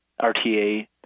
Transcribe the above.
RTA